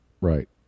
Right